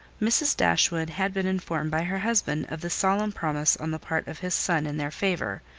mrs. dashwood had been informed by her husband of the solemn promise on the part of his son in their favour,